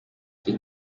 cye